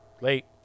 late